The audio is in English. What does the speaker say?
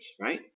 right